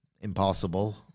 Impossible